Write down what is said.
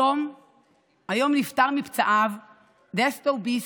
היום נפטר מפצעיו דסטאו ביסט,